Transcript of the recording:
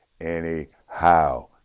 anyhow